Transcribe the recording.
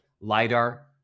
lidar